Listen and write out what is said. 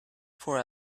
for